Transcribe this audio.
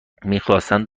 میخواستند